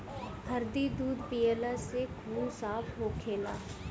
हरदी दूध पियला से खून साफ़ होखेला